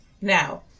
Now